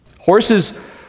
Horses